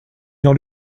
jean